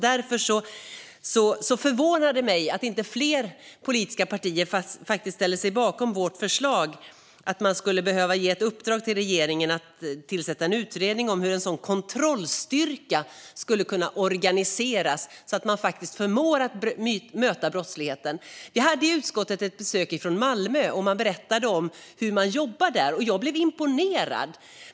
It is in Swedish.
Därför förvånar det mig att inte fler politiska partier ställer sig bakom vårt förslag att ge ett uppdrag till regeringen att tillsätta en utredning av hur en sådan kontrollstyrka skulle kunna organiseras så att man skulle förmå att möta brottsligheten. Vi hade i utskottet ett besök från Malmö, och man berättade hur man jobbar där. Jag blev imponerad.